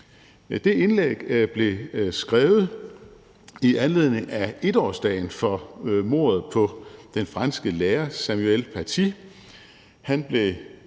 Det indlæg blev skrevet i anledning af 1-årsdagen for mordet på den franske lærer Samuel Paty. Han blev,